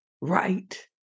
Right